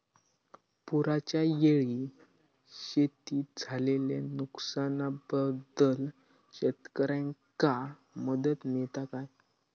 पुराच्यायेळी शेतीत झालेल्या नुकसनाबद्दल शेतकऱ्यांका मदत मिळता काय?